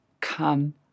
come